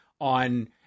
on